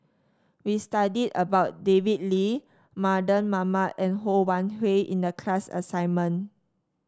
we studied about David Lee Mardan Mamat and Ho Wan Hui in the class assignment